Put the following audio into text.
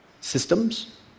systems